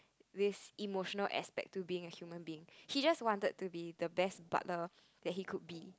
with emotional aspect to being a human being he just wanted to be the best partner that he could be